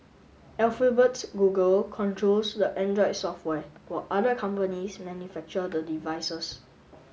Alphabet's Google controls the Android software while other companies manufacture the devices